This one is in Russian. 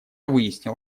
выяснил